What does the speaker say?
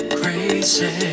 crazy